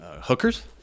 hookers